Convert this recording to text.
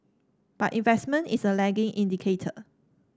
but investment is a lagging indicator